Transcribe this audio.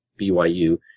BYU